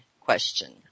question